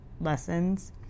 lessons